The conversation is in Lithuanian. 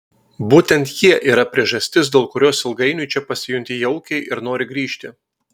būtent jie yra priežastis dėl kurios ilgainiui čia pasijunti jaukiai ir nori grįžti